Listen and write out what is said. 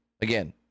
Again